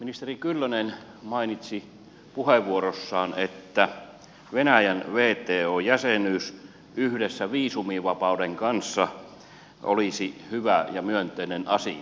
ministeri kyllönen mainitsi puheenvuorossaan että venäjän wto jäsenyys yhdessä viisumivapauden kanssa olisi hyvä ja myönteinen asia